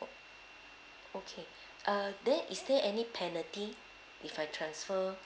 o~ okay uh there is there any penalty if I transfer